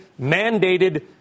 mandated